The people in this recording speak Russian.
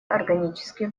органические